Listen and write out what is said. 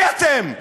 מי אתם?